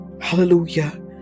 Hallelujah